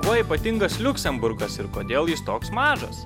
kuo ypatingas liuksemburgas ir kodėl jis toks mažas